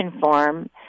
form